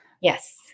Yes